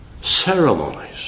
ceremonies